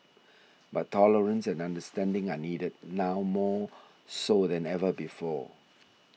but tolerance and understanding are needed now more so than ever before